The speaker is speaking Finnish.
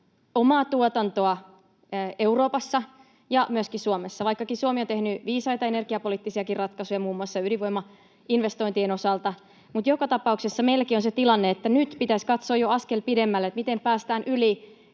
omaa tuotantoa Euroopassa ja myöskin Suomessa, vaikkakin Suomi on tehnyt viisaita energiapoliittisiakin ratkaisuja muun muassa ydinvoimainvestointien osalta. Mutta joka tapauksessa meilläkin on se tilanne, että nyt pitäisi katsoa jo askel pidemmälle, miten päästään yli